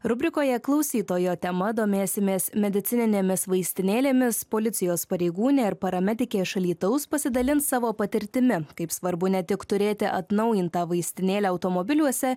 rubrikoje klausytojo tema domėsimės medicininėmis vaistinėlėmis policijos pareigūnė ir paramedikė iš alytaus pasidalins savo patirtimi kaip svarbu ne tik turėti atnaujintą vaistinėlę automobiliuose